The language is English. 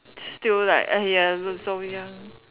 still like !aiya! look so young